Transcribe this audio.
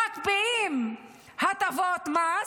מקפיאים הטבות מס,